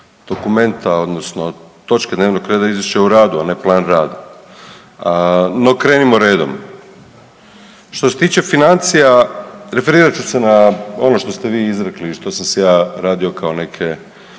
dokumenta odnosno točke dnevnog reda izvješće o radu, a ne plan rada. No krenimo redom, što se tiče financija referirat ću se na ono što ste vi izrekli i što sam si ja radio kao neke